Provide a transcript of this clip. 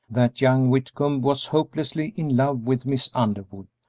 that young whitcomb was hopelessly in love with miss underwood,